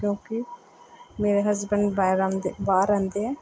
ਕਿਉਂਕਿ ਮੇਰੇ ਹਸਬੈਂਡ ਬਾਏਰਮ ਬਾਹਰ ਰਹਿੰਦੇ ਹੈ